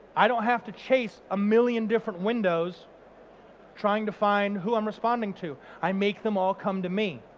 i don't have to chase a million different windows trying to find who i'm responding to. i make them all come to me.